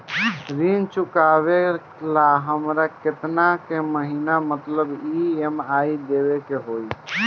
ऋण चुकावेला हमरा केतना के महीना मतलब ई.एम.आई देवे के होई?